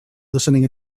listening